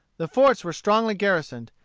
the forts were strongly garrisoned,